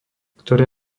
ktoré